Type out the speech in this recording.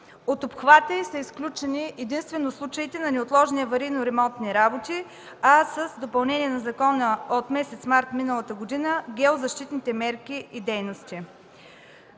От обхвата й са изключени единствено случаите на неотложни аварийни ремонтни работи, а с допълнение на закона от месец март миналата година – геозащитните мерки и дейности.